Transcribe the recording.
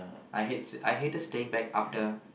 I hate I hated staying back after